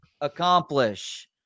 accomplish